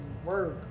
work